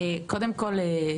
קודם כל,